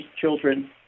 children